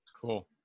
Cool